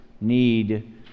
need